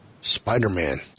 Spider-Man